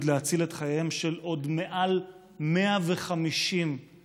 להציל את חייהם של עוד מעל 150 אזרחים,